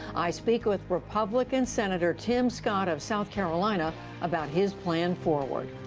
i speak with republican senator tim scott of south carolina about his plan forward.